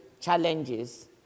challenges